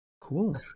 Cool